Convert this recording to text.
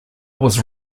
was